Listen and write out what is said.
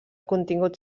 contingut